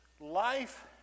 Life